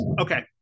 okay